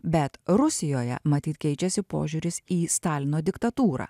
bet rusijoje matyt keičiasi požiūris į stalino diktatūrą